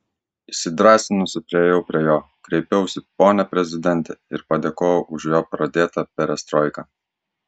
įsidrąsinusi priėjau prie jo kreipiausi pone prezidente ir padėkojau už jo pradėtą perestroiką